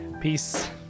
Peace